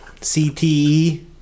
CTE